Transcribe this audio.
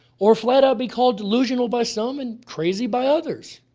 or flat-out be called delusional by some, and crazy by others.